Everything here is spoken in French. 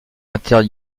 inter